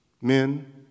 Men